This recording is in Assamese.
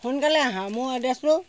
সোনকালে আহাঁ মোৰ এড্ৰেছটো